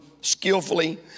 skillfully